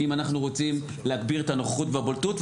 אם אנחנו רוצים להגביר את הנוכחות והבולטות,